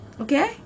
Okay